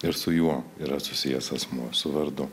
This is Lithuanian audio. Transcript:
ir su juo yra susijęs asmuo su vardu